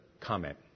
comment